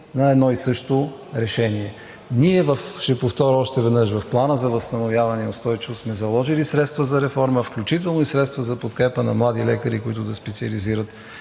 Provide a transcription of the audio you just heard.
на едно и също решение. Ние, ще повторя още веднъж: в Плана за възстановяване и устойчивост сме заложили средства за реформа, включително и средства за подкрепа на млади лекари, които да специализират